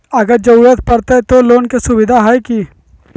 अगर जरूरत परते तो लोन के सुविधा है की?